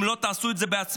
אם לא תעשו את זה בעצמכם,